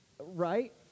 Right